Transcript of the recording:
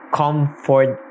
comfort